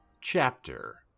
Chapter